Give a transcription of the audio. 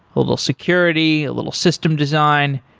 a little security, a little system design.